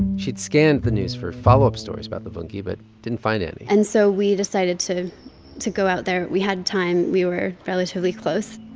she'd scanned the news for follow-up stories about luvungi but didn't find any and so we decided to to go out there. we had time. we were relatively close.